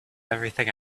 everything